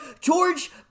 George